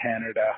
Canada